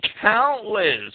countless